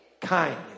kindness